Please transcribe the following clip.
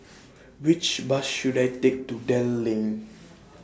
Which Bus should I Take to Dell Lane